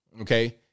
Okay